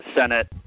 Senate